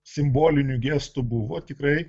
simbolinių gestų buvo tikrai